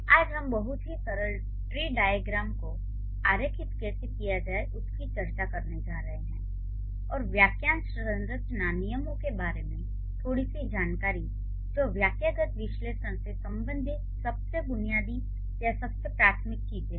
आज हम बहुत ही सरल ट्री डाइअग्रैम को आरेखित कैसे किया जाए उसकी चर्चा करने जा रहे हैं और वाक्यांश संरचना नियमों के बारे में थोड़ी सी जानकारी जो वाक्यगत विश्लेषण से संबंधित सबसे बुनियादी या सबसे प्राथमिक चीजें हैं